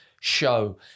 show